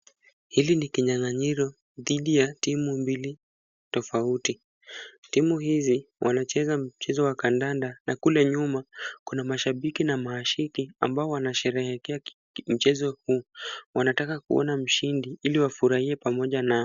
Hili ni kinyang'anyiro dhidi ya timu mbili tofauti. Timu hizi wanacheza mchezo wa kandanda na kule nyuma kuna mashabiki na marafiki ambao wanasherehekea mchezo huu. Wanataka kuona mahindi ili wafurahie pamoja nao.